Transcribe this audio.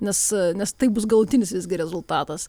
nes nes tai bus galutinis rezultatas